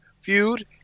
feud